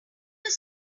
does